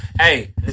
Hey